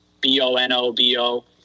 B-O-N-O-B-O